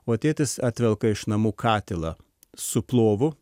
o tėtis atvelka iš namų katilą su plovu